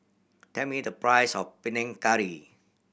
tell me the price of Panang Curry